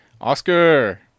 Oscar